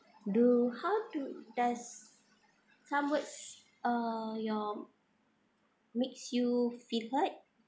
do how do does some words uh your makes you feel hurt